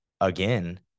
again